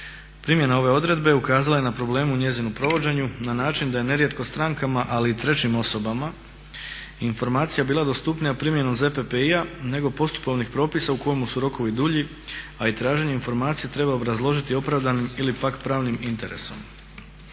Primjena ove odredbe ukazala je na problem u njezinu provođenju na način da je nerijetko strankama, ali i trećim osobama informacija bila dostupnija primjenom ZPPI-a nego postupovnih propisa u kojemu su rokovi dulji, a i traženje informacija treba obrazložiti opravdanim ili pak pravnim interesom.